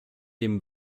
dem